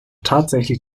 tatsächlich